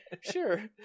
Sure